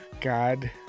God